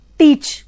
teach